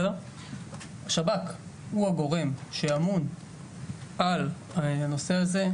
שב"כ הוא הגורם שאמון על הנושא הזה,